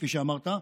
כפי שאמרת,